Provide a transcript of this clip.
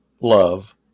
love